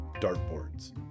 dartboards